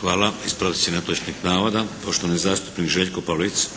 Hvala. Ispravci netočnih navoda. Poštovani zastupnik Željko Pavlic. **Pavlic, Željko